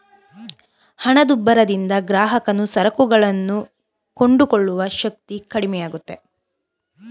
ಹಣದುಬ್ಬರದಿಂದ ಗ್ರಾಹಕನು ಸರಕುಗಳನ್ನು ಕೊಂಡುಕೊಳ್ಳುವ ಶಕ್ತಿ ಕಡಿಮೆಯಾಗುತ್ತೆ